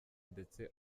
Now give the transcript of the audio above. ndetse